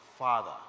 father